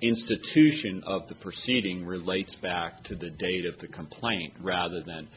institution of the proceeding relates back to the date of the complaint rather than